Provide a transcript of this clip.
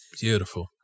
Beautiful